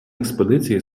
експедиції